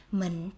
mình